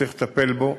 שצריך לטפל בו.